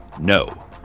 No